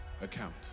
account